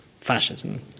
Fascism